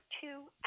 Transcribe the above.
two